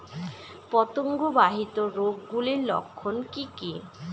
পতঙ্গ বাহিত রোগ গুলির লক্ষণ কি কি?